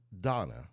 Donna